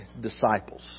disciples